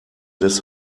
des